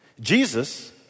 Jesus